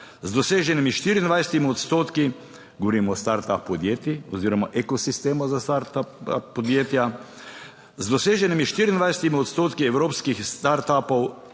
z doseženimi 24 odstotki, govorimo o start up podjetij oziroma ekosistema za start up podjetja, z doseženimi 24 odstotki evropskih startupov,